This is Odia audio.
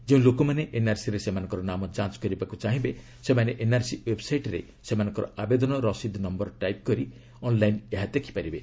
ଯେଉଁ ଲୋକମାନେ ଏନ୍ଆର୍ସିରେ ସେମାନଙ୍କର ନାମ ଯାଞ୍ଚ କରିବାକୁ ଚାହିଁବେ ସେମାନେ ଏନ୍ଆର୍ସି ଓ୍ୱେବ୍ସାଇଟ୍ରେ ସେମାନଙ୍କର ଆବେଦନ ରସିଦ୍ ନୟର ଟାଇପ୍ କରି ଅନ୍ଲାଇନ୍ ଏହା ଦେଖିପାରିବେ